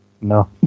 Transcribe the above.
No